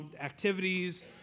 activities